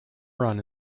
run